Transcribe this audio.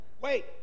wait